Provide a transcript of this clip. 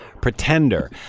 pretender